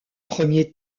premier